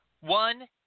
One